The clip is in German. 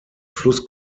fluss